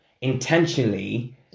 intentionally